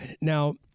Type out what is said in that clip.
Now